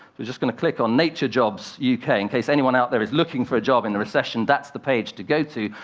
we're just going to click on naturejobs yeah uk. in case anyone out there is looking for a job in a recession, that's the page to go to.